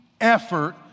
effort